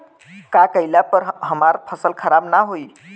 का कइला पर हमार फसल खराब ना होयी?